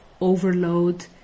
overload